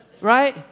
Right